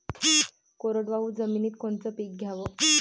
कोरडवाहू जमिनीत कोनचं पीक घ्याव?